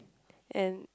and